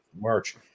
March